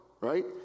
right